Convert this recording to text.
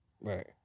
Right